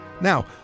Now